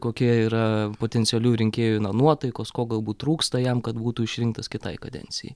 kokie yra potencialių rinkėjų na nuotaikos ko galbūt trūksta jam kad būtų išrinktas kitai kadencijai